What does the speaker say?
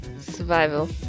survival